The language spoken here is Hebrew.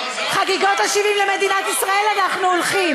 לחגיגות ה-70 למדינת ישראל אנחנו הולכים,